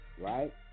right